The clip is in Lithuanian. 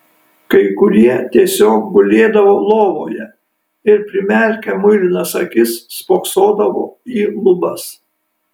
kai kurie tiesiog gulėdavo lovoje ir primerkę muilinas akis spoksodavo į lubas